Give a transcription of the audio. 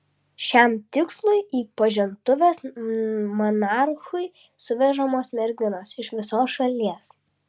šiam tikslui į pažintuves monarchui suvežamos merginos iš visos šalies